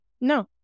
No